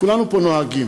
כולנו פה נוהגים.